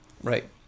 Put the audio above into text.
Right